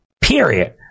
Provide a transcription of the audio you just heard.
Period